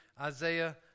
Isaiah